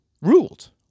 ruled